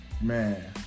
Man